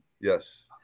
Yes